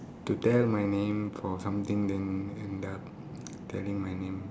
to tell my name for something then end up telling my name